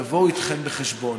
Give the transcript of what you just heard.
יבואו איתכם חשבון